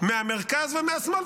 מהמרכז ומהשמאל,